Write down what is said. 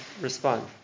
respond